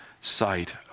sight